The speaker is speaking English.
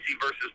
versus